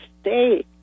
stay